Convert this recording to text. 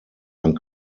ein